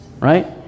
right